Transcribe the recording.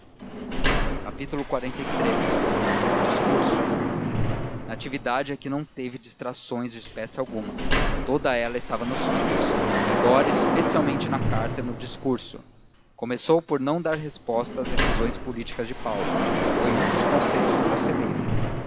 de gestos xliii o discurso natividade é que não teve distrações de espécie alguma toda ela estava nos filhos e agora especialmente na carta e no discurso começou por não dar resposta às efusões políticas de paulo foi um dos conselhos do conselheiro